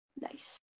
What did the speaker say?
Nice